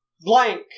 Blank